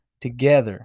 together